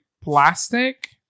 plastic